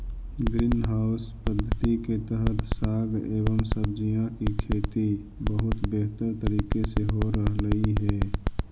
green house पद्धति के तहत साग एवं सब्जियों की खेती बहुत बेहतर तरीके से हो रहलइ हे